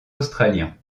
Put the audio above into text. australiens